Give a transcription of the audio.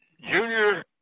Junior